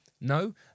No